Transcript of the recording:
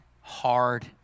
hard